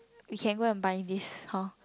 we can go and buy this hor